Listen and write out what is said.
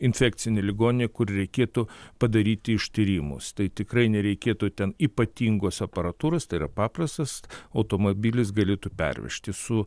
infekcinę ligoninę kur reikėtų padaryti ištyrimus tai tikrai nereikėtų ten ypatingos aparatūros tai yra paprastas automobilis galėtų pervežti su